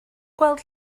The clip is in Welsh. gweld